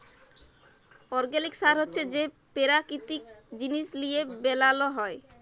organic সার হছে যেট পেরাকিতিক জিনিস লিঁয়ে বেলাল হ্যয়